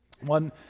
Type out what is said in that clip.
One